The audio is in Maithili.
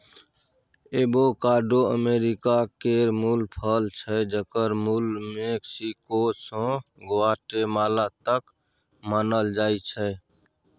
एबोकाडो अमेरिका केर मुल फल छै जकर मुल मैक्सिको सँ ग्वाटेमाला तक मानल जाइ छै